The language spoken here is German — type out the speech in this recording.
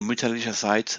mütterlicherseits